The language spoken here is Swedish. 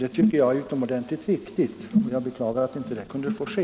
Det tycker jag är utomordentligt viktigt, och jag beklagar att inte det kunde få ske.